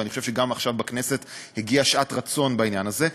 ואני חושב שגם עכשיו בכנסת הגיעה שעת רצון בעניין הזה,